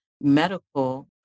medical